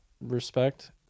respect